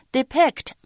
Depict